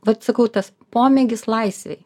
vat sakau tas pomėgis laisvei